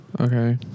Okay